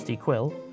Quill